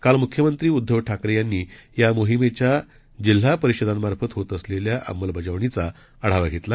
काल मुख्यमंत्री उद्दव ठाकरे यांनी या मोहिमेच्या जिल्हा परिषदामार्फत होत असलेल्या अंमलबजावणीचा आढावा घेतला